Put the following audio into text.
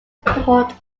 talked